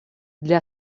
для